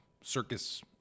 circus